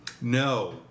No